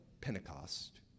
Pentecost